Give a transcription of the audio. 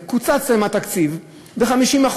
קוצץ להם התקציב ב-50%.